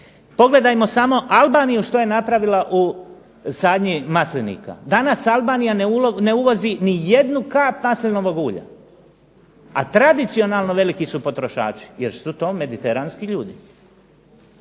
Pogledajmo samo Albaniju što je napravila u sadnji maslinika. Danas Albanija ne uvozi ni jednu kap maslinovog ulja, a tradicionalno veliki su potrošači, još su to mediteranski ljudi.